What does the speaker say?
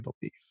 belief